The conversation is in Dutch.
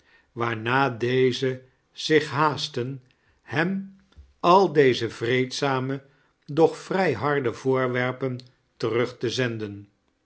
waama dezen zich haastten hem al deze vreedzame doch vrij harde voorwerpen terug te zenden